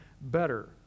Better